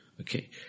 Okay